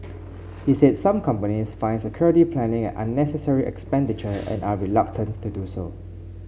he said some companies find security planning an unnecessary expenditure and are reluctant to do so